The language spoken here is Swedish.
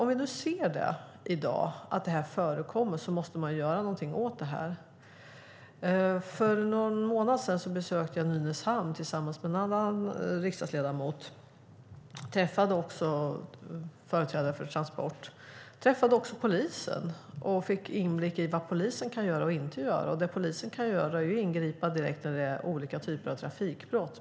Om vi i dag ser att det här förekommer måste man göra någonting åt det. För någon månad sedan besökte jag Nynäshamn tillsammans med en annan riksdagsledamot. Jag träffade företrädare för Transport. Jag träffade också polisen och fick inblick i vad polisen kan göra och inte kan göra. Det polisen kan göra är att ingripa direkt när det är olika typer av trafikbrott.